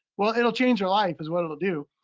well, it'll change your life is what it'll do.